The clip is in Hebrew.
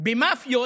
במאפיות